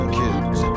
kids